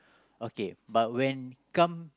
okay but when come